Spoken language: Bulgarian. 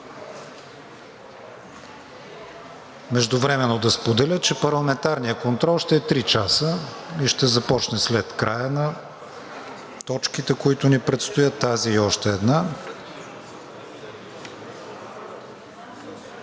междувременно ще споделя, че парламентарният контрол ще е три часа и ще започне след края на точките, които ни предстоят – тази и още една.